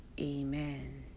amen